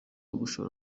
gushora